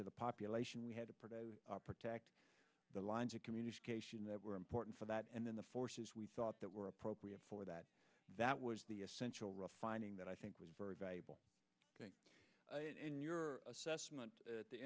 of the population we had to protect the lines of communication that were important for that and then the forces we thought that were appropriate for that that was the essential refining that i think was very valuable your assessment at the